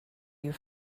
you